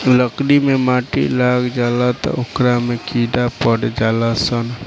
लकड़ी मे माटी लाग जाला त ओकरा में कीड़ा पड़ जाल सन